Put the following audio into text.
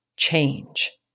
change